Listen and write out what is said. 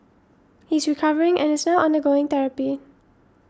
he is recovering and is now undergoing therapy